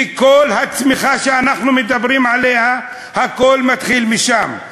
וכל הצמיחה שאנחנו מדברים עליה, הכול מתחיל משם.